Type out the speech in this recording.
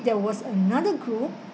there was another group